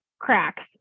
cracks